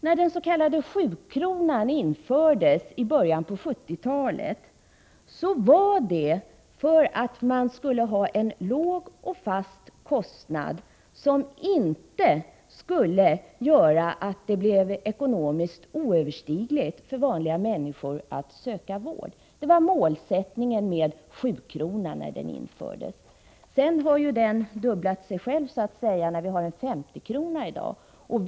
När den s.k. sjukronan infördes i början av 1970-talet skedde det för att man skulle få en låg och fast kostnad som inte skulle göra det ekonomiskt oöverstigligt för vanliga människor att söka vård. Det var målsättningen med sjukronan. Den har sedan så att säga fördubblat sig själv, eftersom vi i dag har en avgift på 50 kr.